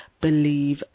Believe